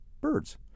birds